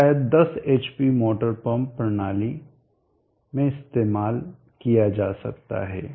तो शायद 10 hp motor pump प्रणाली में इस्तेमाल किया जा सकता है